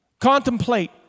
Contemplate